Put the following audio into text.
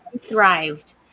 thrived